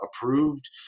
approved